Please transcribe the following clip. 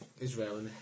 Israel